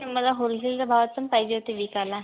ती मला होलसेलच्या भावात पण पाहिजे होती विकायला